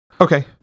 Okay